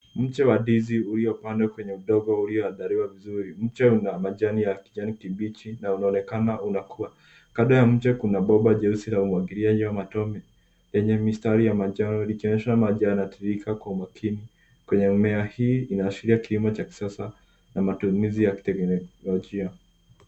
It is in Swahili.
Mche wa ndizi uliopandwa kwenye udongo ulioandaliwa vizuri. Mche una majani ya kijani kibichi na unaonekana unakua. Kando ya mche kuna bomba jeusi la umwagiliaji wa matone, lenye mistari ya manjano likionyesha maji yanatirirka kwa makini. Kwenye mimea hii inaashiria kilimo cha kisasa, na matumizi ya kiteknolojia.